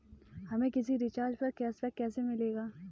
हमें किसी रिचार्ज पर कैशबैक कैसे मिलेगा?